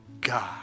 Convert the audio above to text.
God